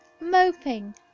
moping